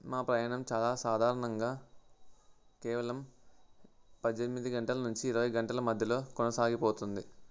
మా ప్రయాణం చాలా సాధారణంగా కేవలం పద్దెనిమిది గంటల నుంచి ఇరవై గంటల మధ్యలో కొనసాగిపోతుంది